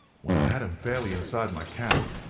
when i had him fairly inside my cab,